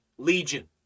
Legion